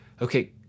okay